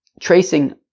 tracing